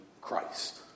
Christ